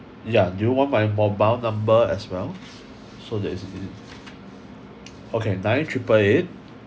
yeah do you want my mobile number as well so that is easy okay nine triple eight